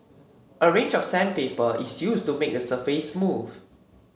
a range of sandpaper is used to make the surface smooth